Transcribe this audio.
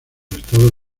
estados